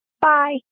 Bye